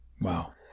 wow